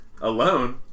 Alone